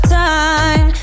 time